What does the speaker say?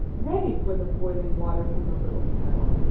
ready for the boiling water from the little kettle